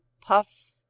puff